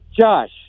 Josh